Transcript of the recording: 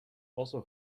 also